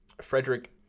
Frederick